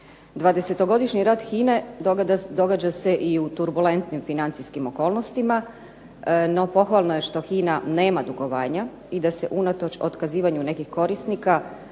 20-godišnji rad HINA-e događa se i u turbulentnim financijskim okolnostima, no pohvalno je što HINA nema dugovanja i da se unatoč otkazivanju nekih korisnika